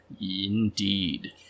Indeed